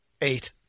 Eight